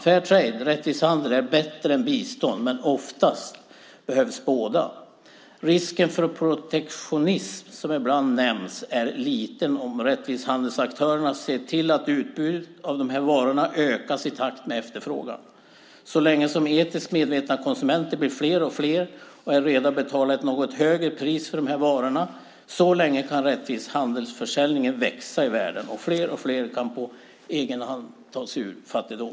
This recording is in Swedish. Fair trade , rättvis handel, är bättre än bistånd, men ofta behövs båda. Risken för protektionism, som ibland nämns, är liten om rättvishandelsaktörerna ser till att utbudet av varor ökas i takt med efterfrågan. Så länge som de etiskt medvetna konsumenterna blir fler och fler och är redo att betala ett något högre pris för dessa varor, så länge kan rättvishandelsförsäljningen växa i världen. Då kan fler och fler på egen hand ta sig ur fattigdom.